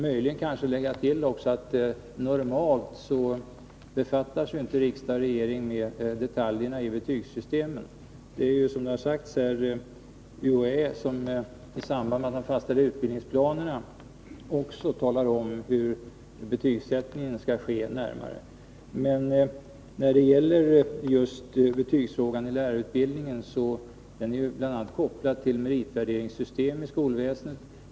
Möjligen kan jag lägga till att riksdag och regering normalt inte befattar sig med detaljerna i betygssystemet. Som sagts här är det UHÄ som i samband med att man fastställer utbildningsplanerna också talar om hur betygsättningen närmare skall ske. Betygsfrågan inom lärarutbildningen är kopplad till bl.a. ett meritvärderingssystem i skolväsendet.